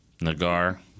Nagar